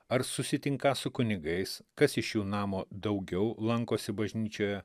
ar susitinką su kunigais kas iš jų namo daugiau lankosi bažnyčioje